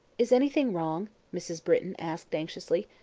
is anything wrong? mrs. britton asked anxiously.